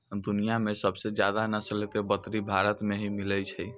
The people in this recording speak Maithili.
दुनिया मॅ सबसे ज्यादा नस्ल के बकरी भारत मॅ ही मिलै छै